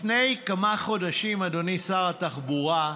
לפני כמה חודשים, אדוני שר התחבורה,